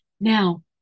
Now